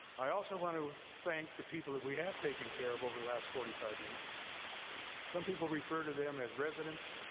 i also want to thank the people that we have taken care of over the last forty five years some people refer to them as residents,